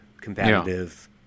competitive